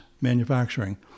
manufacturing